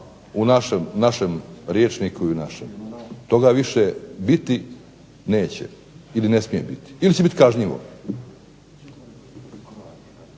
u našem rječniku i našem, toga više biti neće ili će biti kažnjivo.